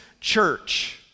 church